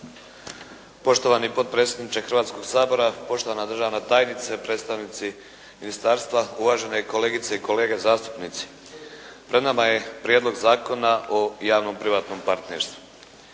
Poštovani potpredsjedniče Hrvatskoga sabora, poštovana državna tajnice, predstavnici ministarstva, uvažene kolegice i kolege zastupnici. Pred nama je Prijedlog zakona javno-privatnom partnerstvu.